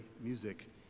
music